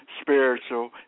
spiritual